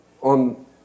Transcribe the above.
on